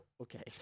okay